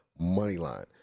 Moneyline